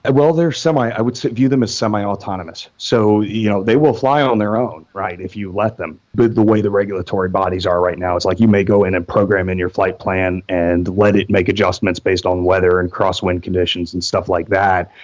well, there's some. i would view them as semi-autonomous. so you know they will fly on their own if you let them. but the way the regulatory bodies are right now, it's like you may go in and program in your flight plan and let it make adjustments based on weather and crosswind conditions and stuff like that,